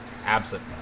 absent